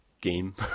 game